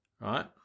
right